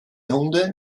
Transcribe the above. hunde